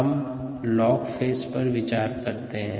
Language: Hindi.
हम लॉग फेज पर विचार करते है